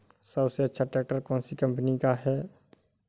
सबसे अच्छा ट्रैक्टर कौन सी कम्पनी का है?